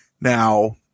now